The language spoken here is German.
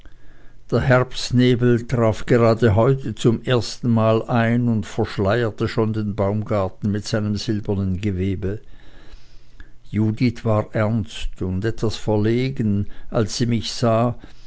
der herbstnebel traf gerade heute zum ersten mal ein und verschleierte schon den baumgarten mit seinem silbernen gewebe judith war ernst und etwas verlegen als sie mich sah